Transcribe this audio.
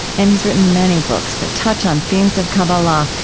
and he's written many books that touch on themes of kabbalah,